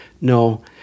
No